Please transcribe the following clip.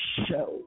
show